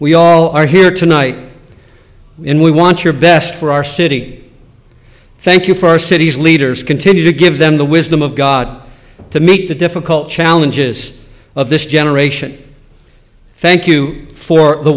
we all are here tonight and we want your best for our city thank you for our city's leaders continue to give them the wisdom of god to make the difficult challenges of this generation thank you for the